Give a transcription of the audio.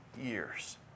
years